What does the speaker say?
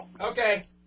Okay